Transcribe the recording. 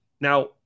Now